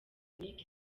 dominic